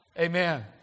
Amen